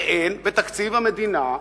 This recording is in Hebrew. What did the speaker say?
ואין בתקציב המדינה,